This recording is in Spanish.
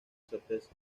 certeza